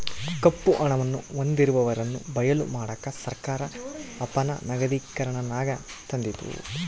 ಕಪ್ಪು ಹಣವನ್ನು ಹೊಂದಿರುವವರನ್ನು ಬಯಲು ಮಾಡಕ ಸರ್ಕಾರ ಅಪನಗದೀಕರಣನಾನ ತಂದಿತು